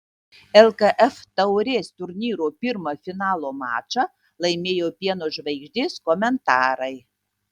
lkf taurės turnyro pirmą finalo mačą laimėjo pieno žvaigždės komentarai